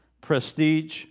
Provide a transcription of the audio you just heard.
prestige